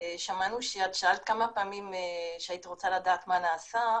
שמענו שאת שאלת כמה פעמים שהיית רוצה לדעת מה נעשה,